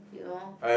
you know